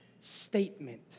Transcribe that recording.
statement